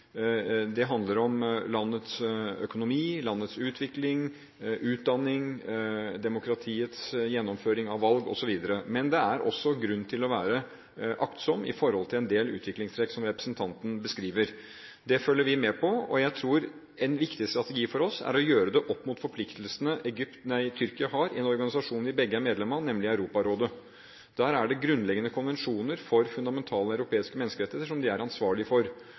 Det handler om landets økonomi, utvikling, utdanning, demokratiets gjennomføring av valg osv. Men det er også grunn til å være aktsom når det gjelder en del utviklingstrekk, som representanten Høglund beskriver. Det følger vi med på. Jeg tror en viktig strategi for oss er å ta det opp gjennom de forpliktelsene Tyrkia har i en organisasjon vi begge er medlem av, nemlig Europarådet. Der er det grunnleggende konvensjoner for fundamentale, europeiske menneskerettigheter som de også er ansvarlig for